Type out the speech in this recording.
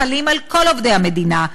החלים על כל עובדי המדינה,